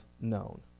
known